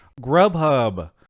grubhub